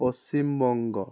Paschim Banga